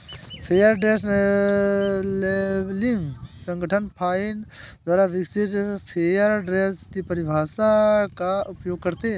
fair trade labelling संगठन FINE द्वारा विकसित फेयर ट्रेड की परिभाषा का उपयोग करते हैं